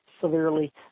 severely